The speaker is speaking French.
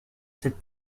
cette